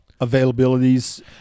availabilities